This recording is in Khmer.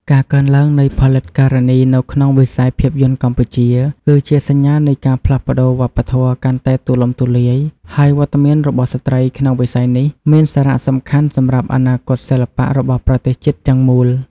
ការកើនឡើងនៃផលិតការនីនៅក្នុងវិស័យភាពយន្តកម្ពុជា គឺជាសញ្ញានៃការផ្លាស់ប្តូរវប្បធម៌កាន់តែទូលំទូលាយ ហើយវត្តមានរបស់ស្ត្រីក្នុងវិស័យនេះមានសារៈសំខាន់សម្រាប់អនាគតសិល្បៈរបស់ប្រទេសជាតិទាំងមូល។